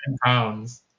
pounds